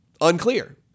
unclear